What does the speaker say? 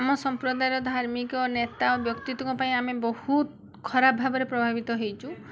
ଆମ ସମ୍ପ୍ରଦାୟର ଧାର୍ମିକ ନେତା ବ୍ୟକ୍ତିତ୍ୱଙ୍କ ପାଇଁ ଆମେ ବହୁତ ଖରାପ ଭାବେ ପ୍ରଭାବିତ ହେଇଛୁ